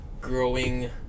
growing